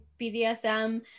BDSM